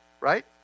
right